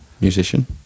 Musician